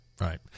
right